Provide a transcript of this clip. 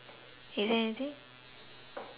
is there anything